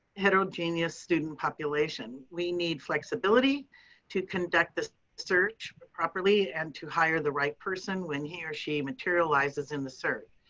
heterogeneous student population. we need flexibility to conduct this search properly and to hire the right person when he or she materializes in the search.